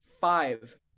five